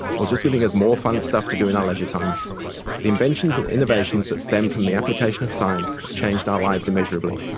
or just giving us more fun stuff to do in our leisure time, the inventions and innovations that stem from the application of science have changed our lives immeasurably.